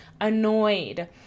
annoyed